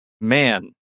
Man